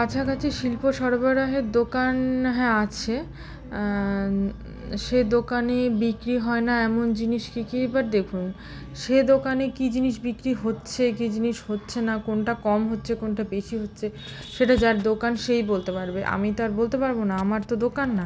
কাছাকাছি শিল্প সরবরাহের দোকান হ্যাঁ আছে সে দোকানে বিক্রি হয় না এমন জিনিস কী কী এবার দেখুন সে দোকানে কী জিনিস বিক্রি হচ্ছে কী জিনিস হচ্ছে না কোনটা কম হচ্ছে কোনটা বেশি হচ্ছে সেটা যার দোকান সেই বলতে পারবে আমি তো আর বলতে পারব না আমার তো দোকান না